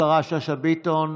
השרה שאשא ביטון,